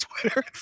twitter